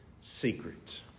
secret